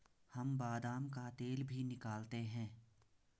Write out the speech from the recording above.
हम बादाम का तेल भी निकालते हैं